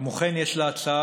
כמו כן יש הצעה